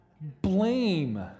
Blame